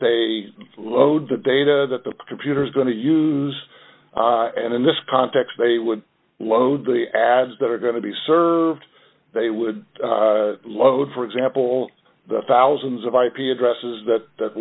they load the data that the computer is going to use and in this context they would load the ads that are going to be served they would load for example the thousands of ip addresses that that